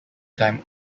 time